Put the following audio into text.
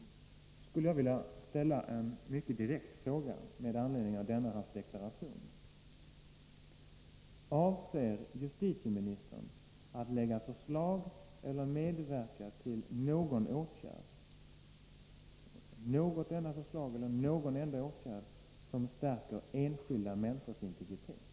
Jag skulle vilja ställa en mycket direkt fråga med anledning av denna hans deklaration: Avser justitieministern att lägga fram förslag eller medverka till någon åtgärd som stärker enskilda människors integritet?